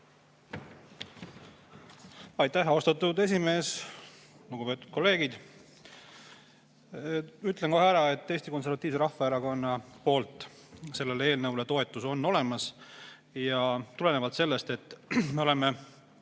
Aitäh, austatud esimees! Lugupeetud kolleegid! Ütlen kohe ära, et Eesti Konservatiivse Rahvaerakonna toetus sellele eelnõule on olemas. Tulenevalt sellest, et me oleme